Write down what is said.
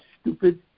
stupid